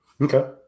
okay